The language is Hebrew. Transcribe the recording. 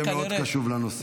יהיה מאוד קשוב לנושא.